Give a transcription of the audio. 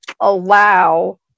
allow